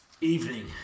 Evening